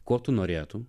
ko tu norėtumei